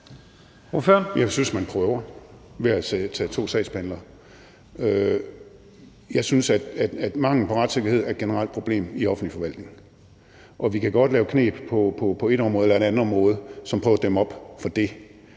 Jeg synes, man prøver ved at sætte to sagsbehandlere på. Jeg synes, at manglen på retssikkerhed er et generelt problem i den offentlige forvaltning. Vi kan godt lave kneb på det ene eller det andet område, som prøver at dæmme op for det,